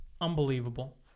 unbelievable